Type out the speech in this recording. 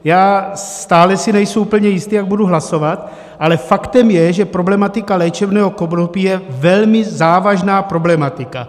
Já si stále nejsem úplně jistý, jak budu hlasovat, ale faktem je, že problematika léčebného konopí je velmi závažná problematika.